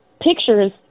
pictures